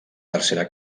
tercera